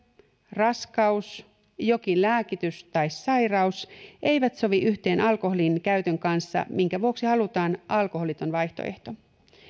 raskaus jokin lääkitys tai sairaus eivät sovi yhteen alkoholin käytön kanssa minkä vuoksi halutaan alkoholiton vaihtoehto